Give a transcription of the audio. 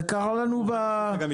זה קרה לנו בתקשורת